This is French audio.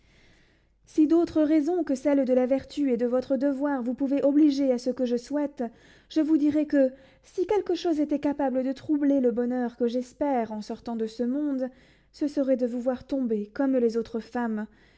si d'autres raisons que celles de la vertu et de votre devoir vous pouvaient obliger à ce que je souhaite je vous dirais que si quelque chose était capable de troubler le bonheur que j'espère en sortant de ce monde ce serait de vous voir tomber comme les autres femmes